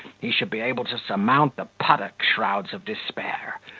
he should be able to surmount the puttock-shrouds of despair,